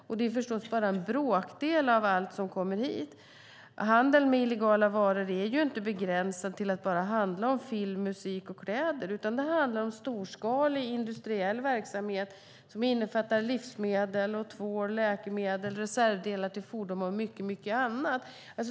Och det är förstås bara en bråkdel av allt som kommer hit. Handeln med illegala varor är ju inte begränsad till bara film, musik och kläder, utan det handlar om storskalig industriell verksamhet som innefattar livsmedel, tvål, läkemedel, reservdelar till fordon och mycket annat.